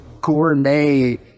gourmet